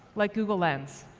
like google lens.